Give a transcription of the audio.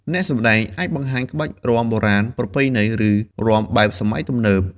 អ្នកសម្ដែងអាចបង្ហាញក្បាច់រាំបុរាណ ប្រពៃណី ឬរាំបែបសម័យទំនើប។